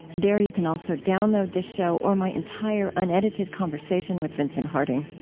there, you can also download this show or my entire unedited conversation with vincent harding.